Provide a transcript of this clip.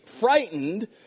frightened